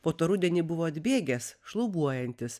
po to rudenį buvo atbėgęs šlubuojantis